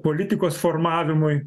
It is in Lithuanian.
politikos formavimui